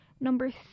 Number